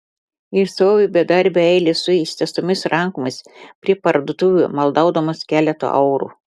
ir stovi bedarbių eilės su ištiestomis rankomis prie parduotuvių maldaudamos keleto eurų